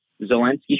Zelensky